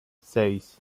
seis